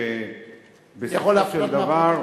מאמין שבסופו של דבר,